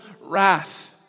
wrath